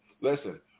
Listen